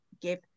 give